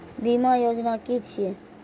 बीमा योजना कि छिऐ?